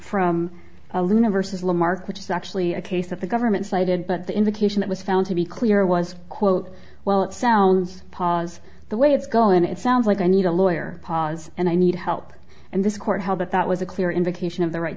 from a luna versus lemark which is actually a case that the government cited but the indication that was found to be clear was quote well it sounds pause the way it's going it sounds like i need a lawyer pause and i need help and this court held that that was a clear indication of the right